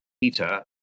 Peter